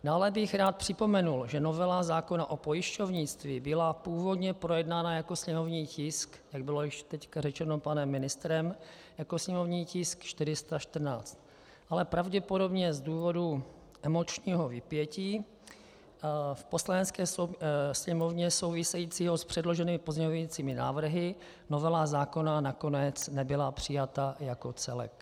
Dále bych rád připomenul, že novela zákona o pojišťovnictví byla původně projednána jako sněmovní tisk, jak bylo již teď řečeno panem ministrem, jako sněmovní tisk 414, ale pravděpodobně z důvodu emočního vypětí v Poslanecké sněmovně souvisejícího s předloženými pozměňujícími návrhy novela zákona nakonec nebyla přijata jako celek.